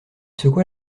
secoua